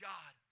God